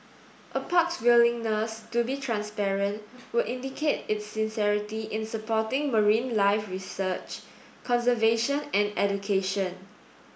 a park's willingness to be transparent would indicate its sincerity in supporting marine life research conservation and education